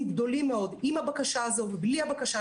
גדולים מאוד - עם הבקשה הזאת ובלי הבקשה,